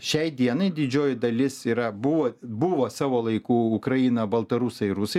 šiai dienai didžioji dalis yra buvo buvo savo laiku ukraina baltarusai rusai